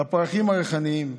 את הפרחים הריחניים.